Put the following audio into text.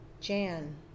Jan